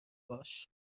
باش